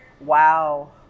Wow